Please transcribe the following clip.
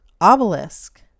obelisk